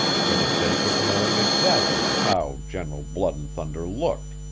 for the sake of knowing exactly how general blood-and-thunder looked.